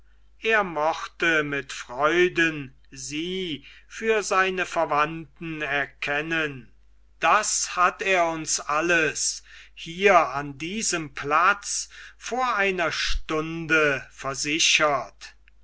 er mochte mit freuden sie für seine verwandten erkennen das hat er uns alles hier an diesem platz vor einer stunde versichert